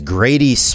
Grady